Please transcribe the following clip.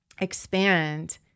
expand